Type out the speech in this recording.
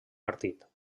partit